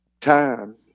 time